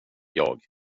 jag